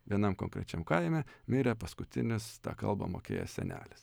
vienam konkrečiam kaime mirė paskutinis tą kalbą mokėjęs senelis